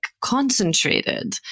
concentrated